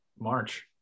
March